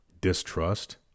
Distrust